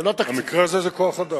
במקרה הזה זה כוח-אדם.